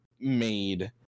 made